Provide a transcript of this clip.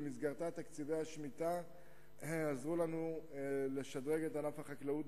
ובמסגרתה תקציבי השמיטה עזרו לנו לשדרג את ענף החקלאות